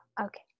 Okay